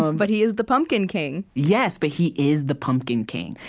um but he is the pumpkin king yes, but he is the pumpkin king.